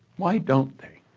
why don't they?